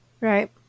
Right